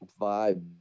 vibe